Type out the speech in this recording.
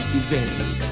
events